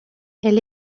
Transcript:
elle